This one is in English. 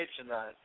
tonight